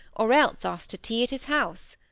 or else asked to tea at his house.